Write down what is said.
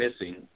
missing